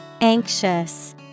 Anxious